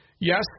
yes